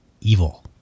evil